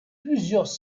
plusieurs